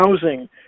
housing